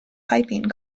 piping